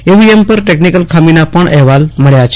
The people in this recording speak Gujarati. ઈવીએમ પર ટેકનીક્લ ખામીના પણ અહેવાલ મળ્યા છે